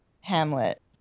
hamlet